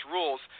Rules